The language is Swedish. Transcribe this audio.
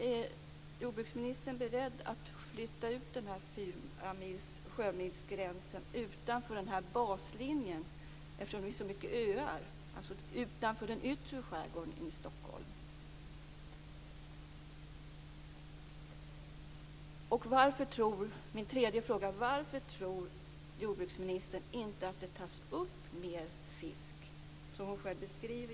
Är jordbruksministern beredd att flytta ut fyrasjömilsgränsen utanför baslinjen - det finns ju så många öar - alltså utanför den yttre skärgården i 3. Varför tror jordbruksministern inte att det tas upp mer fisk?